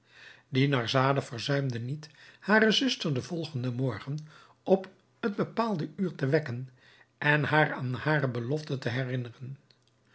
dinarzade verzuimde niet hare zuster den volgenden morgen op het bepaalde uur te wekken en haar aan hare belofte te herinneren